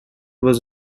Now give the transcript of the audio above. was